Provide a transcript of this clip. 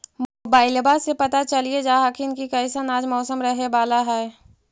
मोबाईलबा से पता चलिये जा हखिन की कैसन आज मौसम रहे बाला है?